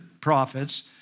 prophets